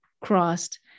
crossed